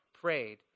prayed